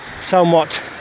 somewhat